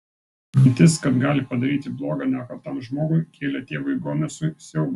mintis kad gali padaryti bloga nekaltam žmogui kėlė tėvui gomesui siaubą